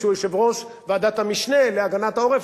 שהוא יושב-ראש ועדת המשנה להגנת העורף,